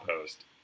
post